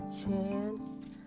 chance